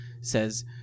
says